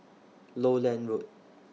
Lowland Road